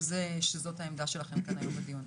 שזאת העמדה שלכם כאן היום בדיון.